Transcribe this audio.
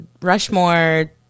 rushmore